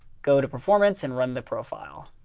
go to performance and run the profile.